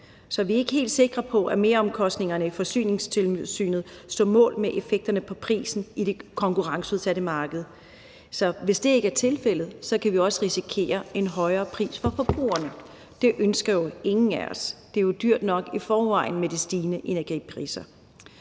Så vi er ikke helt sikre på, at meromkostningerne til Forsyningstilsynet står mål med effekterne på prisen i det konkurrenceudsatte marked. Hvis det ikke er tilfældet, kan vi også risikere en højere pris for forbrugerne, og det ønsker ingen af os jo. Det er jo i forvejen dyrt nok med de stigende energipriser.